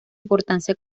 importancia